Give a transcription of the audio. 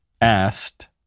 asked